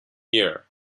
year